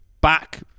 back